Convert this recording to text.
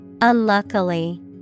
Unluckily